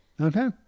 Okay